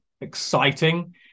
exciting